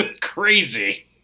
crazy